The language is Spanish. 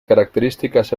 características